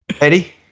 Eddie